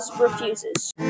refuses